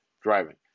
driving